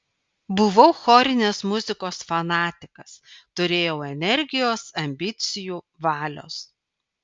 buvau chorinės muzikos fanatikas turėjau energijos ambicijų valios